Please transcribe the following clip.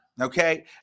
okay